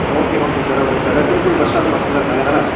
okay okay sir okay sir அது Tiruppur bus stand பக்கத்தில் இருக்குது அங்கே தானே